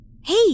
hey